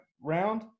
round